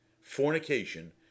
fornication